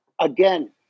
again